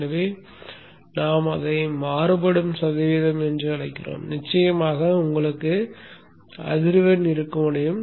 எனவே நாம் அதை மாறுபடும் சதவீதம் என்று அழைக்கிறோம் நிச்சயமாக உங்களுக்கு அதிர்வெண் இருக்க வேண்டும்